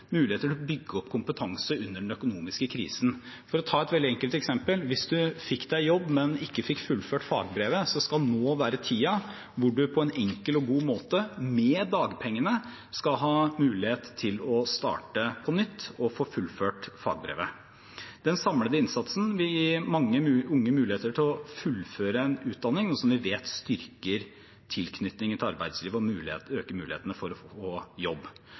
til å bygge opp kompetanse under den økonomiske krisen. For å ta et veldig enkelt eksempel: Hvis du fikk deg jobb, men ikke fikk fullført fagbrevet, skal det nå være tiden hvor du på en enkel og god måte, med dagpengene, skal ha mulighet til å starte på nytt og få fullført fagbrevet. Den samlede innsatsen vil gi mange unge muligheter til å fullføre en utdanning, noe som vi vet styrker tilknytningen til arbeidslivet og øker mulighetene for å få jobb.